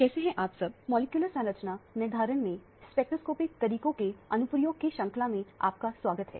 कैसे हैं आप सब मॉलिक्यूलर संरचना निर्धारण में स्पेक्ट्रोस्कोपिकतरीकों के अनुप्रयोग के श्रंखला में आपका स्वागत है